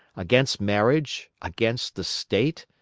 against marriage, against the state?